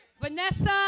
Vanessa